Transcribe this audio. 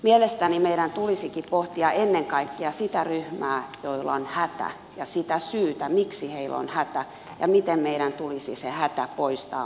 mielestäni meidän tulisikin pohtia ennen kaikkea sitä ryhmää joilla on hätä ja sitä syytä miksi heillä on hätä ja miten meidän tulisi se hätä poistaa muilla konstein